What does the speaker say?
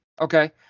Okay